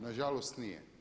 Nažalost nije.